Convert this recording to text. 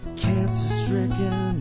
cancer-stricken